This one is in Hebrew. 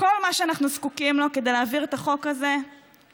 כל מה שאנחנו זקוקים לו כדי להעביר את החוק הזה זה